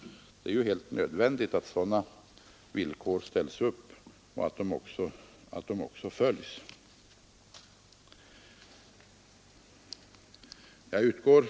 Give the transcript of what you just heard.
Det är helt nödvändigt att sådana villkor uppställs och att de också följs.